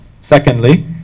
Secondly